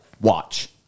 watch